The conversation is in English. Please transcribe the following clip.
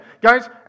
Guys